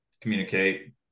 communicate